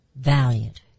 valiant